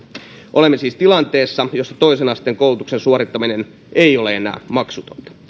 olemme siis tilanteessa jossa toisen asteen koulutuksen suorittaminen ei ole enää maksutonta